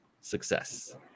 success